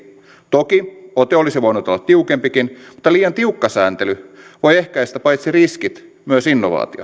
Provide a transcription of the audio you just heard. toki ote olisi voinut olla tiukempikin mutta liian tiukka sääntely voi ehkäistä paitsi riskit myös innovaatiot kilpailun